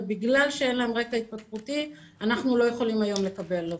אבל בגלל שאין להם רקע התפתחותי אנחנו לא יכולים היום לקבל אותם.